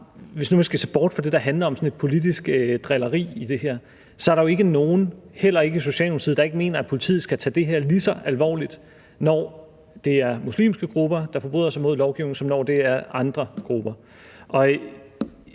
Hvis man nu skal se bort fra det, der handler om sådan et politisk drilleri i det her, så er der jo ikke nogen – heller ikke i Socialdemokratiet – der ikke mener, at politiet skal tage det her lige så alvorligt, når det er muslimske grupper, der forbryder sig mod lovgivningen, som når det er andre grupper.